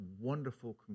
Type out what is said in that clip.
wonderful